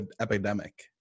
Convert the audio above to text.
epidemic